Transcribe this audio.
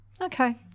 okay